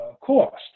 cost